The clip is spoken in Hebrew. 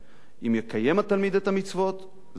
אם יקיים התלמיד את המצוות, זהו עסק שלו.